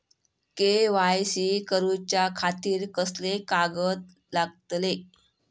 KYC करूच्या खातिर कसले कागद लागतले?